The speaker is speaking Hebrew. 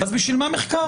אז למה מחקר?